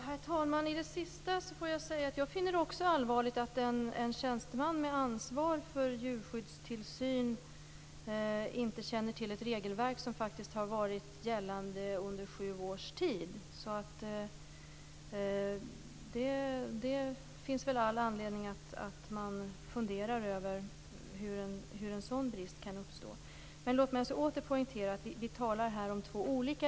Herr talman! Jag finner det också allvarligt att en tjänsteman med ansvar för djurskyddstillsyn inte känner till ett regelverk som faktiskt varit gällande under sju års tid. Det finns all anledning att fundera över hur en sådan brist kan uppstå. Låt mig åter poängtera att vi talar om två regelverk.